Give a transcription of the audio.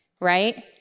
right